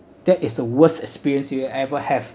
that is a worst experience you will ever have